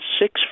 six